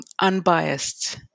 unbiased